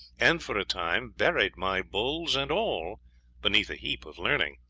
and for a time buried my bulls and all beneath a heap of learning.